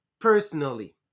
personally